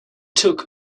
took